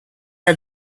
her